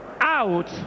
out